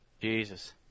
Jesus